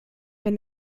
wenn